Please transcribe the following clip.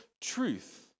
truth